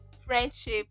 friendship